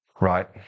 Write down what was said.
Right